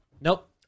Nope